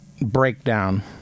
breakdown